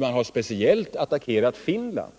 Man har speciellt attackerat Finland.